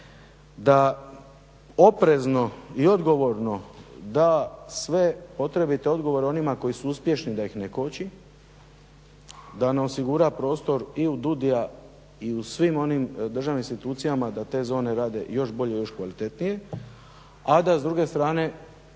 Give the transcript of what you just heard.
da oprezno i odgovorno da sve potrebite odgovore onima koji su uspješni da ih ne koči, da ne osigura prostor i u DUDI-ja i u svim onim državnim institucijama da te zone rade još bolje i još kvalitetnije, a da s druge strane